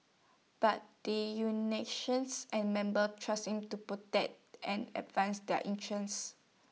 but the and members trusted him to protect and advance their interests